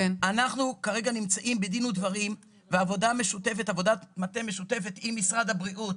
אנחנו נמצאים כרגע בדין ודברים ועבודת מטה משותפת עם משרד הבריאות